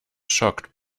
shocked